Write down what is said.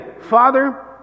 Father